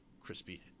crispy